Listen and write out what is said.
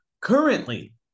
Currently